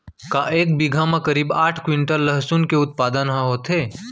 का एक बीघा म करीब आठ क्विंटल लहसुन के उत्पादन ह होथे?